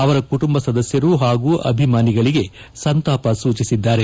ಅವರ ಕುಟುಂಬ ಸದಸ್ನರು ಹಾಗೂ ಅಭಿಮಾನಿಗಳಿಗೆ ಸಂತಾಪ ಸೂಚಿಸಿದ್ದಾರೆ